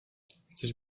chceš